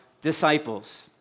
disciples